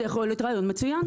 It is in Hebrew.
זה יכול להיות רעיון מצוין.